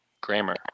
grammar